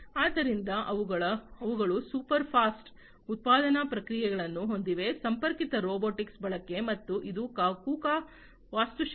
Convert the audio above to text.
ಆದ್ದರಿಂದ ಅವುಗಳು super fast ಉತ್ಪಾದನಾ ಪ್ರಕ್ರಿಯೆಗಳನ್ನು ಹೊಂದಿವೆ ಸಂಪರ್ಕಿತ ರೊಬೊಟಿಕ್ಸ್ ಬಳಕೆ ಮತ್ತು ಇದು ಕುಕಾ ವಾಸ್ತುಶಿಲ್ಪ